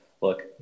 look